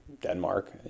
denmark